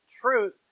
truth